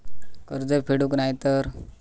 कर्ज फेडूक नाय तर?